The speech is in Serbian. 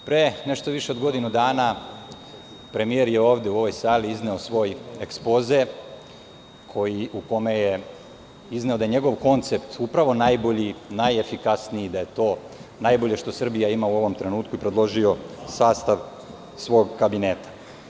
Pre nešto više od godinu dana, premijer je ovde u ovoj sali izneo svoj ekspoze u kome je izneo da je njegov koncept upravo najefikasniji i da je to najbolje što Srbija ima u ovom trenutku i predložio sastav svog kabineta.